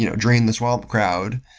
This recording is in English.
you know drain the swamp crowd,